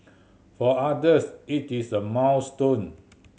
for others it is a milestone